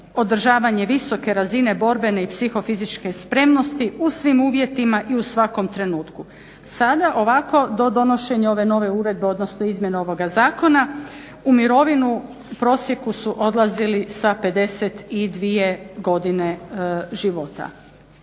održavanje visoke razine borbene i psihofizičke spremnosti u svim uvjetima i u svakom trenutku. Sada ovako do donošenja ove nove uredbe, odnosno izmjene ovoga zakona u mirovinu u prosjeku su odlazili sa 52 godine života.